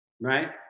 right